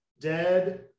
dead